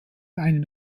einen